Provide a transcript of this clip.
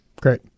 Great